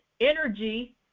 energy